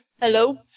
Hello